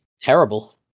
terrible